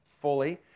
fully